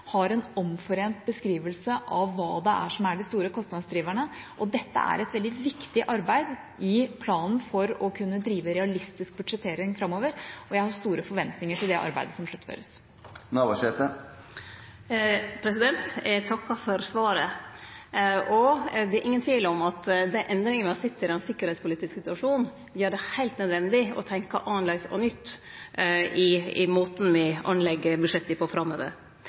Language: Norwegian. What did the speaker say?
har en omforent beskrivelse av hva det er som er de store kostnadsdriverne. Dette er et veldig viktig arbeid i planen for å kunne drive realistisk budsjettering framover, og jeg har store forventninger til det arbeidet som sluttføres. Eg takkar for svaret. Det er ingen tvil om at dei endringane vi har sett i den sikkerheitspolitiske situasjonen, gjer det heilt nødvendig å tenkje annleis og nytt i måten vi lagar budsjetta på framover.